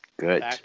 good